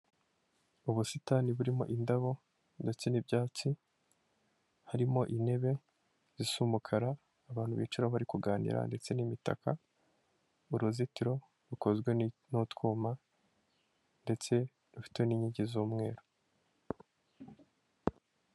Ubusitani burimo indabo ndetse n'ibyatsi harimo intebe zisa umukara abantu bicaraho bari kuganira ndetse n'imitaka mu ruzitiro rukozwe n'utwuma ndetse rufite n'inkingi z'umweru.